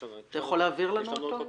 אתה יכול להעביר לנו אותו?